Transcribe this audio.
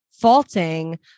faulting